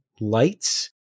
lights